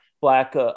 Black